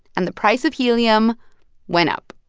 and the price of helium went up.